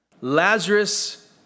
Lazarus